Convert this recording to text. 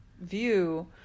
view